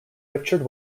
richard